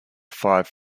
five